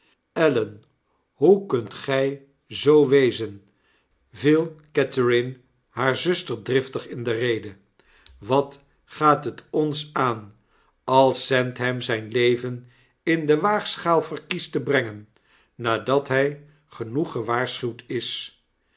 ellen hoe kunt gy zoo wezen viel catherine hare zuster driftig in de rede watgaat het ons aan als sandham zn leven in de waagschaal verkiest te brengen nadat hy genoeg gewaarschuwd is